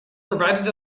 provided